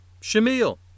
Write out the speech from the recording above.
Shamil